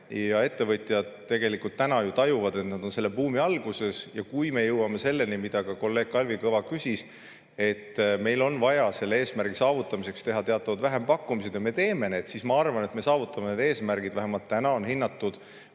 – ettevõtjad tegelikult ju tajuvad, et nad on selle buumi alguses – ja kui me jõuame selleni, mille kohta ka kolleeg Kalvi Kõva küsis, et meil on vaja selle eesmärgi saavutamiseks teha teatavad vähempakkumised ja me teeme need, siis ma arvan, et me saavutame need eesmärgid, vähemalt täna on hinnatud,